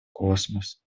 космос